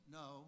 no